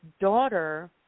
daughter